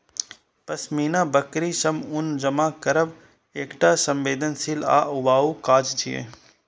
पश्मीना बकरी सं ऊन जमा करब एकटा संवेदनशील आ ऊबाऊ काज छियै